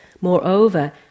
Moreover